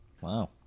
Wow